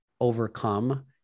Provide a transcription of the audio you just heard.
overcome